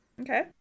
Okay